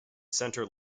centre